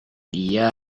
dia